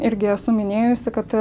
irgi esu minėjusi kad